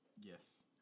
Yes